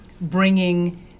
bringing